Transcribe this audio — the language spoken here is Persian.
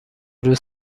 روز